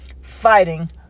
fighting